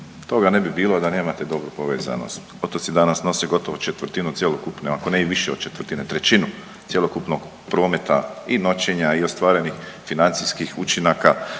Toga ne bi bilo da nemate dobru povezanost. Otoci danas nose gotovo četvrtinu cjelokupne, ako ne i više od četvrtine, trećinu cjelokupnog prometa i noćenja i ostvarenih financijskih učinaka